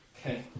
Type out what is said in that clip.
Okay